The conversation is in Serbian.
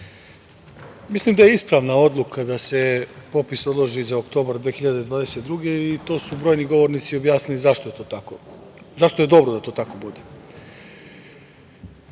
mislim da je ispravna odluka da se popis odloži za oktobar 2022. godine i to su brojni govornici objasnili zašto je to tako,